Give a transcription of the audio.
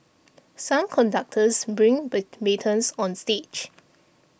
some conductors bring batons on stage